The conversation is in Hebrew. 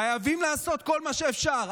חייבים לעשות כל מה שאפשר.